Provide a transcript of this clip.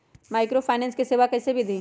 Microfinance के सेवा कइसे विधि?